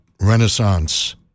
Renaissance